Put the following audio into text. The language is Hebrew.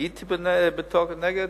הייתי בתוקף נגד,